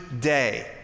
day